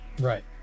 Right